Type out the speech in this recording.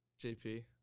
JP